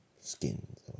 skins